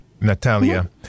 Natalia